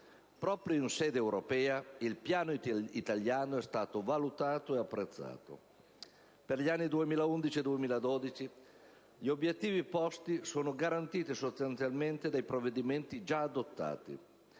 Proprio in sede europea, il piano italiano è stato valutato e apprezzato. Per gli anni 2011 e 2012 gli obiettivi posti sono garantiti sostanzialmente dai provvedimenti già adottati.